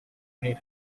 made